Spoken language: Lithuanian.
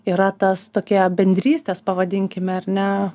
yra tas tokie bendrystės pavadinkime ar ne